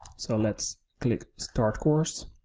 so let's click start course.